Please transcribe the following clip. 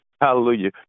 Hallelujah